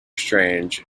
strange